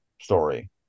story